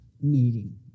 meeting